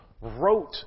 wrote